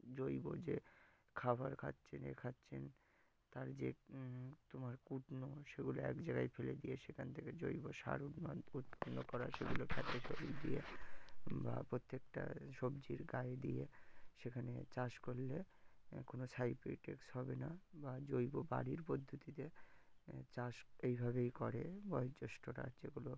জৈব যে খাবার খাচ্ছেন ইয়ে খাচ্ছেন তার যে তোমার কুটনো সেগুলো এক জায়গায় ফেলে দিয়ে সেখান থেকে জৈব সার উৎপন্ন করা সেগুলো খেতে ছড়িয়ে দিয়ে বা প্রত্যেকটা সবজির গায়ে দিয়ে সেখানে চাষ করলে কোনো সাইড এফেক্টস হবে না বা জৈব বাড়ির পদ্ধতিতে চাষ এই ভাবেই করে বয়োজ্যেষ্ঠরা যেগুলো